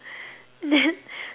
then